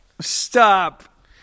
Stop